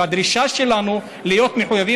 והדרישה שלנו היא להיות מחויבים.